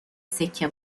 سکه